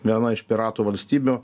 viena iš piratų valstybių